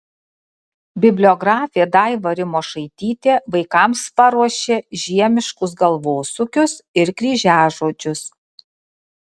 bibliografė daiva rimošaitytė vaikams paruošė žiemiškus galvosūkius ir kryžiažodžius